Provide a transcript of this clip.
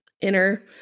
inner